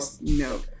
no